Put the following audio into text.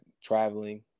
traveling